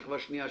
שכבה שנייה,